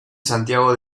santiago